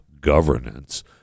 governance